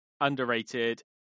underrated